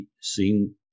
seen